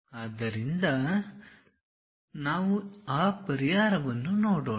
ಆದ್ದರಿಂದ ನಾವು ಆ ಪರಿಹಾರವನ್ನು ನೋಡೋಣ